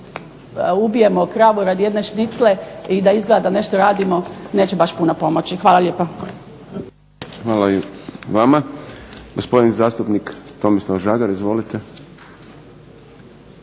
ubijemo kravu radi jedne šnicle i da izgleda da nešto radimo neće baš puno pomoći. Hvala lijepa. **Šprem, Boris (SDP)** Hvala i vama. Gospodin zastupnik Tomislav Žagar. Izvolite.